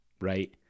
right